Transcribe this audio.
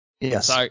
Yes